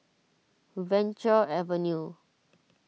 Venture Avenue